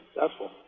successful